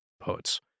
poets